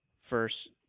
First